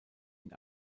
ihn